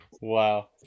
Wow